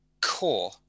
core